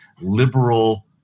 liberal